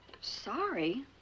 Sorry